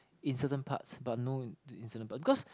in certain parts but no in the certain part because